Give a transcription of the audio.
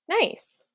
Nice